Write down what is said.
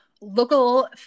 Local